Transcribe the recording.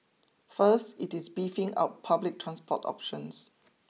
first it is beefing up public transport options